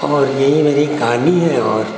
और ये मेरी कहानी है और